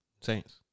Saints